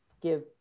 give